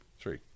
Three